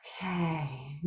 Okay